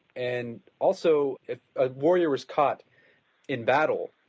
and also if a warrior was caught in battle,